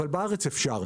אבל בארץ אפשר.